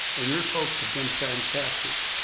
and your folks have been fantastic.